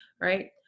Right